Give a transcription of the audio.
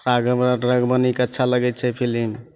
राघव राय रघुमनिके अच्छा लागै छै फिलिम